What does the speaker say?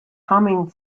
humming